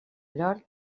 llor